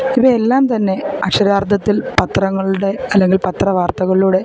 ഇവയെല്ലാം തന്നെ അക്ഷരാർത്ഥത്തിൽ പത്രങ്ങളുടെ അല്ലെങ്കിൽ പത്രവാർത്തകളുടെ